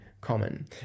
common